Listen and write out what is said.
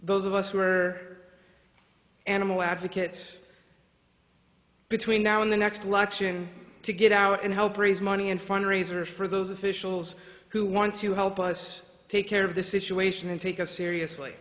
those of us who are animal advocates between now and the next election to get out and help raise money and fundraiser for those officials who want to help us take care of the situation and take us seriously